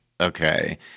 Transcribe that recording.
okay